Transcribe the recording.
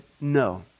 no